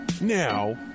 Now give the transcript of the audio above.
Now